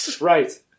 Right